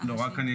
אי